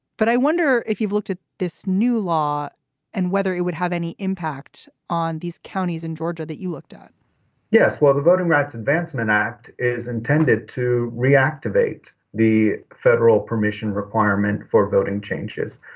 but i wonder if you've looked at this new law and whether it would have any impact on these counties in georgia that you looked at yes. well, the voting rights advancement act is intended to reactivate the federal permission requirement for voting changes.